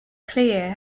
clear